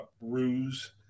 ruse